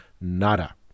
nada